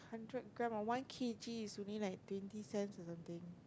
hundred gram or one K_G is only like twenty cents or something